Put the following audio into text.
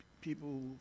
people